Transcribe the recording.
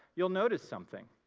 you'll notice something.